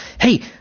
Hey